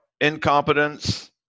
incompetence